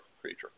creature